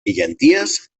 llenties